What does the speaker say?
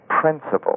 principle